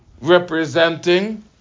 representing